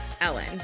Ellen